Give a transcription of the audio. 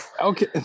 Okay